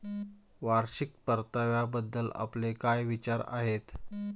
वार्षिक परताव्याबद्दल आपले काय विचार आहेत?